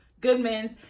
Goodman's